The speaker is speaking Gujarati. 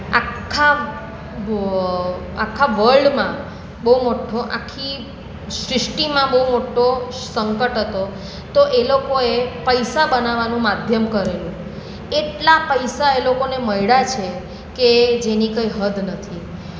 આખા આખા વર્લ્ડમાં બહુ મોટો આખી સૃષ્ટિમાં બજિ મોટો સંકટ હતો તો એ લોકોએ પૈસા બનાવવાનું માધ્યમ કરેલું એટલા પૈસા એ લોકોને મળ્યા છે કે જેની કઈ હદ નથી